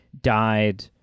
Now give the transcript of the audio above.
died